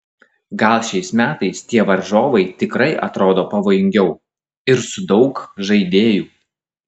gal šiais metais tie varžovai tikrai atrodo pavojingiau ir su daug žaidėjų